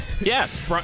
Yes